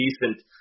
Decent